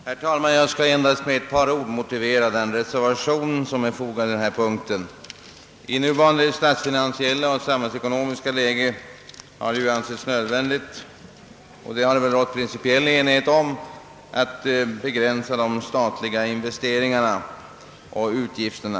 Herr talman! Jag skall endast med ett par ord motivera den reservation som är fogad till den här punkten. Det råder väl principiell enighet om att det i nuvarande statsfinansiella och samhällsekonomiska läge är nödvändigt att begränsa de statliga investeringarna och utgifterna.